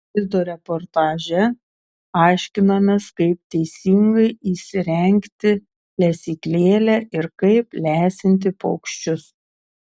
vaizdo reportaže aiškinamės kaip teisingai įsirengti lesyklėlę ir kaip lesinti paukščius